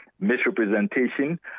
misrepresentation